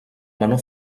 menor